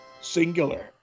singular